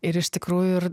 ir iš tikrųjų ir